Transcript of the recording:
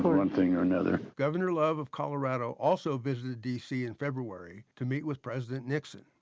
one thing or another. governor love of colorado also visited d c. in february to meet with president nixon.